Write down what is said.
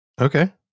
Okay